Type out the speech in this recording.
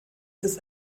des